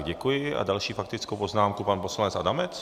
Děkuji a další faktickou poznámku pan poslanec Adamec?